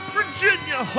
Virginia